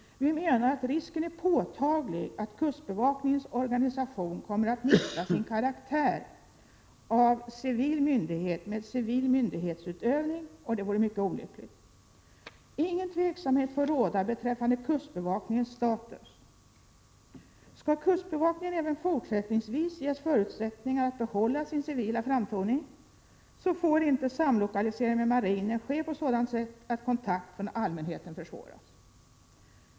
Vi menar att risken är påtaglig att kustbevakningens organisation kommer att mista sin karaktär av civil myndighet med civil myndighetsutövning, och det vore mycket olyckligt. Ingen tveksamhet får råda beträffande kustbevakningens status. Skall kustbevakningen även fortsättningsvis ges förutsättningar att behålla sin civila framtoning, får inte samlokaliseringen med marinen ske på sådant sätt att kontakterna med allmänheten försvåras.